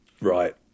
Right